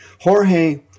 Jorge